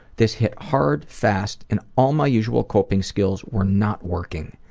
this hit hard, fast, and all my usual coping skills were not working.